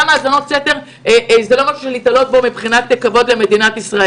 גם האזנות סתר זה לא משהו להתעלות בו מבחינת כבוד למדינת ישראל.